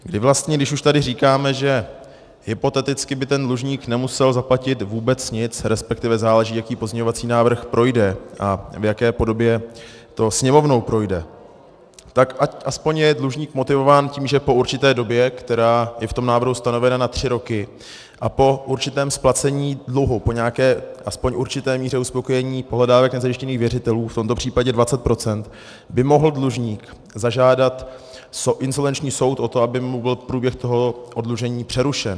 My vlastně když už tady říkáme, že hypoteticky by dlužník nemusel zaplatit vůbec nic, resp. záleží, jaký pozměňovací návrh projde a v jaké podobě to Sněmovnou projde, tak ať je aspoň dlužník motivován tím, že po určité době, která je v tom návrhu stanovena na tři roky, a po určitém splacení dluhu, po nějaké aspoň určité míře uspokojení pohledávek nezajištěných věřitelů, v tomto případě 20 %, by mohl dlužník zažádat insolvenční soud o to, aby mu byl průběh oddlužení přerušen.